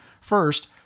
First